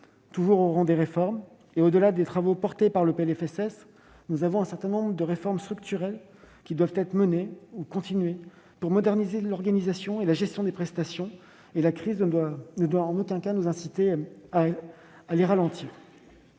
Français dans sa pérennité. Au-delà de ces projets portés par le PLFSS, un certain nombre de réformes structurelles doivent être menées ou continuées pour moderniser l'organisation et la gestion des prestations. La crise ne doit en aucun cas nous inciter à les ralentir.